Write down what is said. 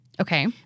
Okay